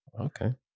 Okay